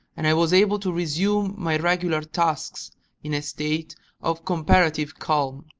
and i was able to resume my regular tasks in a state of comparative calm.